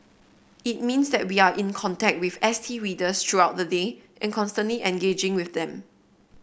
it means that we are in contact with S T readers throughout the day and constantly engaging with them